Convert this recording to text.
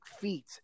feet